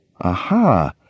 aha